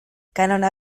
kanona